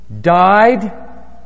died